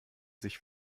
sich